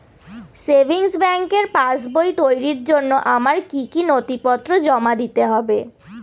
Savings ব্যাংকের পাসবই তৈরির জন্য আমার কি কি নথিপত্র জমা দিতে হবে?